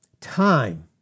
Time